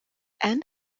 end